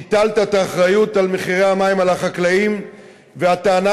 הטלת את האחריות למחירי המים על החקלאים בטענה